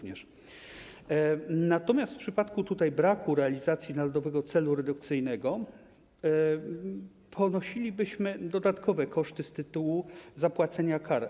Natomiast w przypadku braku realizacji narodowego celu redukcyjnego ponosilibyśmy dodatkowe koszty z tytułu opłacanych kar.